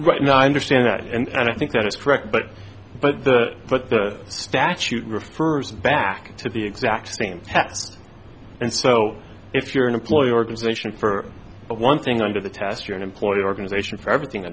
right now i understand that and i think that is correct but but that but the statute refers back to the exact same test and so if you're an employee organization for one thing under the test you're an employee organization for everything